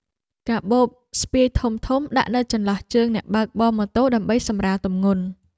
កាបូបស្ពាយធំៗដាក់នៅចន្លោះជើងអ្នកបើកបរម៉ូតូដើម្បីសម្រាលទម្ងន់។